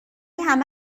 همه